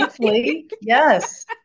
Yes